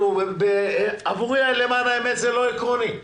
למען האמת, זה לא עקרוני.